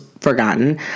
forgotten